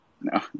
No